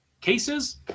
cases